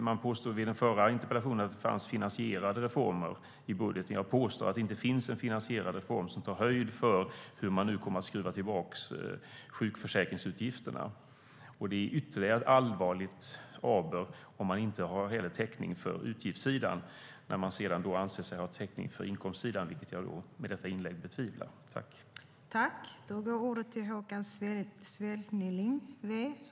Det påstods i den förra interpellationsdebatten att det fanns finansierade reformer i budgeten. Jag påstår att det inte finns en finansierad reform som tar höjd för hur man nu kommer att skruva tillbaka sjukförsäkringsutgifterna. Det är ytterligare ett allvarligt aber om man inte heller har täckning för utgiftssidan när man anser sig ha täckning för inkomstsidan, vilket jag med detta inlägg betvivlar.